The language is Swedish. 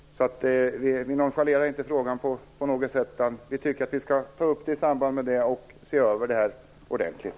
Vi nonchalerar inte frågan på något sätt. Vi tycker att den skall tas upp i samband med översynen och ses över ordentligt.